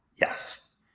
Yes